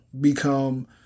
become